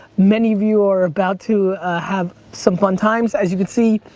many of you are about to have some fun times. as you can see,